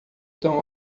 tão